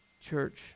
church